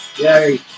Yay